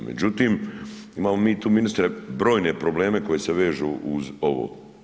Međutim, imamo mi tu, ministre, brojne probleme koji se vežu uz ovo.